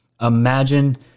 Imagine